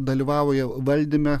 dalyvauja valdyme